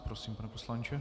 Prosím, pane poslanče.